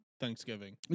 Thanksgiving